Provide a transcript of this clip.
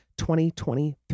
2023